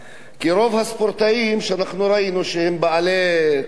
כי רוב הספורטאים שאנחנו ראינו שהם בעלי שיעור קומה,